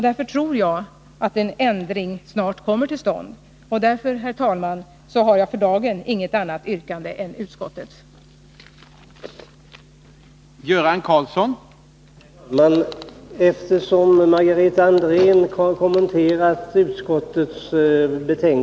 Därför tror jag att en ändring snart kommer till stånd. Herr talman! Således har jag för dagen inget annat yrkande än om bifall till utskottets hemställan.